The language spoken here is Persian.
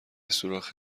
سوراخ